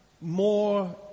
more